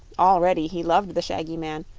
already he loved the shaggy man,